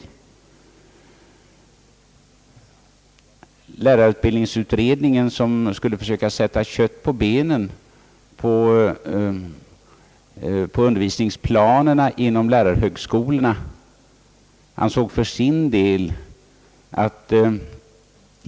vi Lärarutbildningsutredningen, som skulle försöka sätta kött på benen. på undervisningsplanerna inom lärarhögskolorna, ansåg för sin del, att.